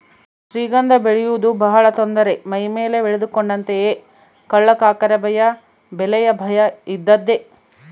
ಶ್ರೀಗಂಧ ಬೆಳೆಯುವುದು ಬಹಳ ತೊಂದರೆ ಮೈಮೇಲೆ ಎಳೆದುಕೊಂಡಂತೆಯೇ ಕಳ್ಳಕಾಕರ ಭಯ ಬೆಲೆಯ ಭಯ ಇದ್ದದ್ದೇ